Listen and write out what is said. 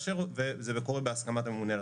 וזה קורה בהסכמת הממונה על